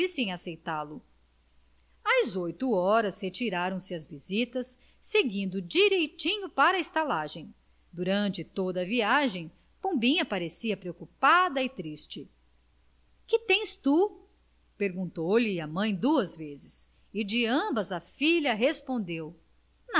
aceitá-lo às oito horas retiraram-se as visitas seguindo direitinho para a estalagem durante toda a viagem pombinha parecia preocupada e triste que tens tu perguntou-lhe a mãe duas vezes e de ambas a filha respondeu